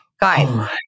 Guys